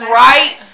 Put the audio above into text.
right